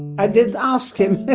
i didn't ask him